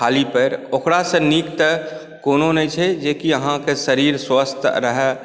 ख़ाली पाएर ओकरसँ नीक तऽ कोनो नहि छै जे कि अहाँके शरीर स्वस्थ रहए